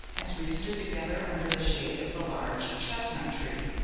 as we stood together under the shade of the large chestnut tree.